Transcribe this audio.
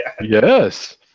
Yes